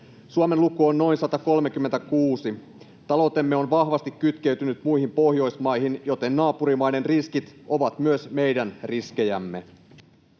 Suomen luku on noin 136. Taloutemme on vahvasti kytkeytynyt muihin Pohjoismaihin, joten naapurimaiden riskit ovat myös meidän riskejämme.